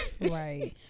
Right